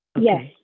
Yes